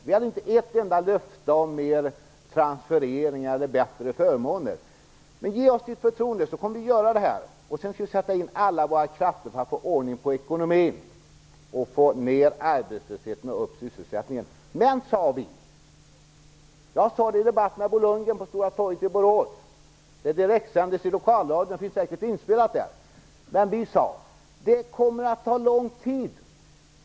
Vi hade inte ett enda löfte om fler transfereringar eller bättre förmåner. Men vi bad om väljarnas förtroende för att göra detta och sedan sätta in alla våra krafter på att få ordning på ekonomin, få ner arbetslösheten och få upp sysselsättningen. Det kommer att ta lång tid. Jag sade det i en debatt med Bo Lundgren på Stora torget i Borås. Den direktsändes i lokalradion och finns säkert inspelad där. Jag sade att det kommer att ta lång tid.